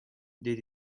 did